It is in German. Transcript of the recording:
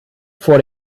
vor